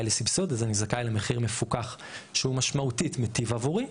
לסבסוד אז אני זכאי למחיר מפוקח שהוא משמעותית מיטיב עבורי.